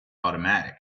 automatic